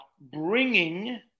bringing